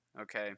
Okay